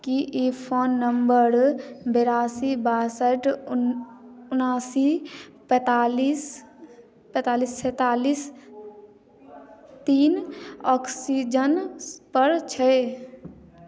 की ई phone number बिरासी बासठि उन उनासी पैंतालीस पैंतालीस सैंतालीस तीन ऑक्सीजनपर छै